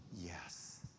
yes